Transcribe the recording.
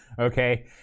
Okay